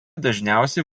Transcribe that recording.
dažniausiai